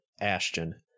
Ashton